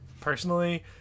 personally